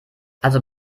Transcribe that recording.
also